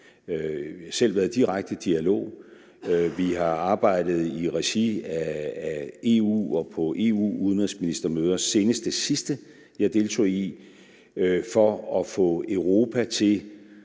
Vi har selv været i direkte dialog. Vi har arbejdet i regi af EU og på EU-udenrigsministermøder, seneste det sidste, jeg deltog i, for at få Europa til